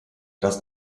das